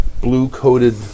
blue-coated